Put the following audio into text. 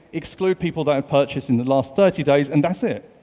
exclude people that have purchased in the last thirty days, and that's it,